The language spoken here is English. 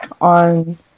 on